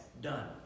done